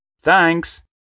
Thanks